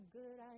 good